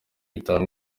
bitanu